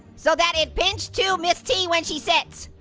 so that it pinch to miss t when she sits.